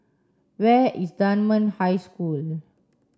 where is Dunman High School